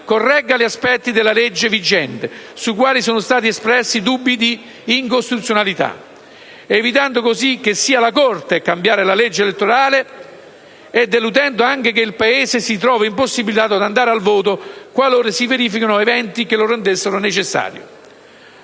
corregga gli aspetti della legge vigente sui quali sono stati espressi dubbi di incostituzionalità, evitando così che sia la Corte a cambiare la legge elettorale ed anche che il Paese si trovi impossibilitato ad andare al voto qualora si verifichino eventi che lo rendano necessario.